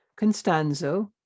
Constanzo